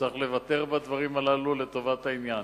צריך לוותר בדברים הללו לטובת העניין.